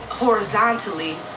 Horizontally